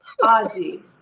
Ozzy